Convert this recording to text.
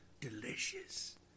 delicious